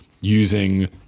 using